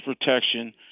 protection